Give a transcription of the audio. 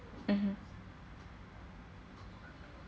(uh huh)